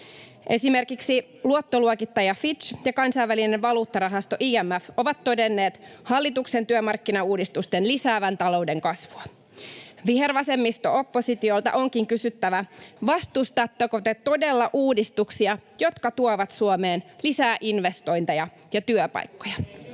Esimerkiksi luottoluokittaja Fitch ja Kansainvälinen valuuttarahasto IMF ovat todenneet hallituksen työmarkkinauudistusten lisäävän talouden kasvua. Vihervasemmisto-oppositiolta onkin kysyttävä: vastustatteko te todella uudistuksia, jotka tuovat Suomeen lisää investointeja ja työpaikkoja?